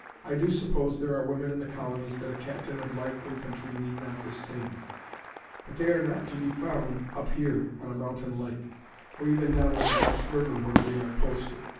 i do suppose there are women in the colonies that a captain of light infantry need not disdain but they are not to be found up here, on a mountain lake or even down on the dutch river where we are posted.